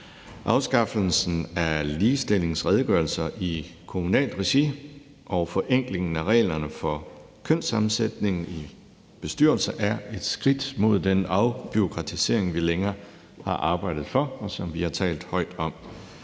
Afskaffelsen af ligestillingsredegørelser i kommunalt regi og forenklingen af reglerne for kønssammensætning i bestyrelser er et skridt mod den afbureaukratisering, som vi længe har arbejdet for, og som vi har talt højt om,